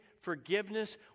forgiveness